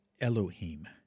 Elohim